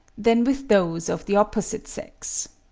than with those of the opposite sex.